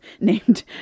named